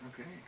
Okay